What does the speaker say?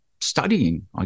studying